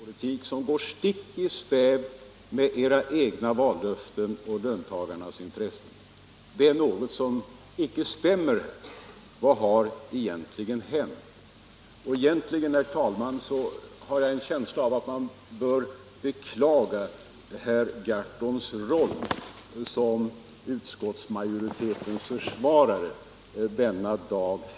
Herr talman! Hur kan herr Gahrton denna dag 1977 stå här i kammaren och försvara en familjepolitik som går stick i stäv med era egna vallöften och löntagarnas intressen? Det är något som icke stämmer. Vad har egentligen hänt? Jag har, herr talman, en känsla av att man bör beklaga herr Gahrtons roll som utskottsmajoritetens försvarare denna dag.